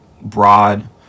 broad